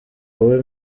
wowe